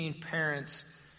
parents